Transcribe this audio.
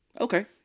Okay